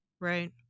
Right